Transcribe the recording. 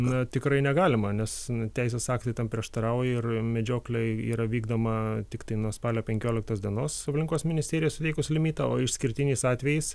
na tikrai negalima nes teisės aktai tam prieštarauja ir medžioklė yra vykdoma tiktai nuo spalio penkioliktos dienos aplinkos ministerija suteikus limitą o išskirtiniais atvejais